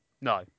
No